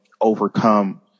overcome